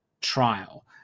trial